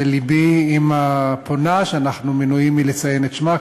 ולבי עם הפונה שאנחנו מנועים מלציין את שמה,